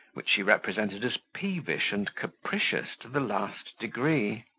which she represented as peevish and capricious to the last degree.